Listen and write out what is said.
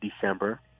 December